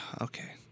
okay